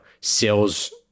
sales